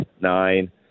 nine